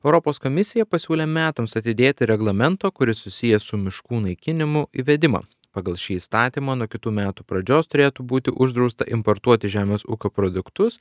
europos komisija pasiūlė metams atidėti reglamento kuris susijęs su miškų naikinimu įvedimą pagal šį įstatymą nuo kitų metų pradžios turėtų būti uždrausta importuoti žemės ūkio produktus